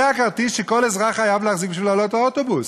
זה הכרטיס שכל אזרח חייב להחזיק בשביל לעלות לאוטובוס.